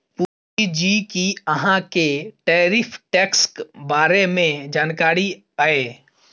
पुजा जी कि अहाँ केँ टैरिफ टैक्सक बारे मे जानकारी यै?